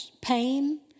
pain